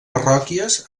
parròquies